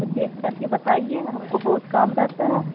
تو چیک کر کے بتائیے ہم کو بہت کام رہتا ہے